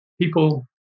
People